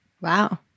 Wow